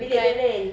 bilik dia lain